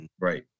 Right